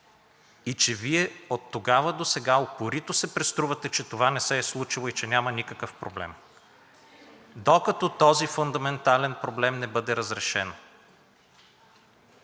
и че Вие от тогава до сега упорито се преструвате, че това не се е случило и че няма никакъв проблем. Докато този фундаментален проблем не бъде разрешен,